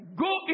go